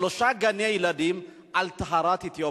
שלושה גני-ילדים על טהרת האתיופים.